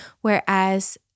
Whereas